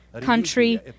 country